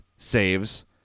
saves